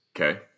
Okay